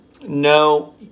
No